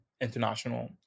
international